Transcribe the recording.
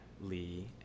Lee